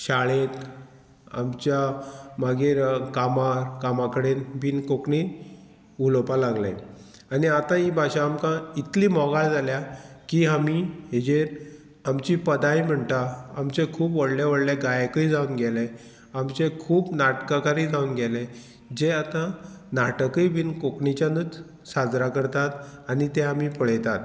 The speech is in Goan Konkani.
शाळेंत आमच्या मागीर कामार कामा कडेन बीन कोंकणी उलोवपा लागले आनी आतां ही भाशा आमकां इतली मोगाळ जाल्या की आमी हाजेर आमची पदाय म्हणटा आमचे खूब व्हडले व्हडले गायकय जावन गेले आमचे खूब नाटकाकारी जावन गेले जे आतां नाटकय बीन कोंकणीच्यानूच साजरा करतात आनी ते आमी पळयतात